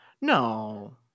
No